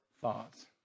thoughts